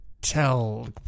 tell